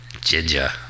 Ginger